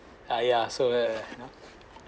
ah yeah so uh